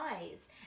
eyes